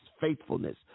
faithfulness